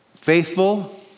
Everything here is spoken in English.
Faithful